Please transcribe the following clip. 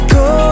go